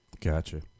Gotcha